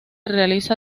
realiza